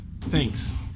Thanks